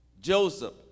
Joseph